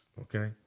okay